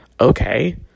Okay